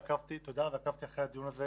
עקבתי אחרי הדיון הזה